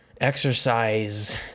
exercise